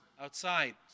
Outside